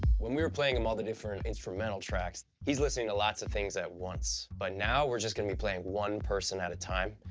when we were playing him all the different instrumental tracks, he's listening to lots of different things at once. but now we're just gonna be playing one person at a time,